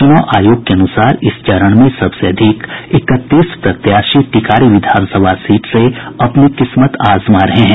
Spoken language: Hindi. चुनाव आयोग के अनुसार इस चरण में सबसे अधिक इकतीस प्रत्याशी टिकारी विधानसभा सीट से अपनी किस्मत आजमा रहे हैं